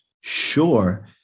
sure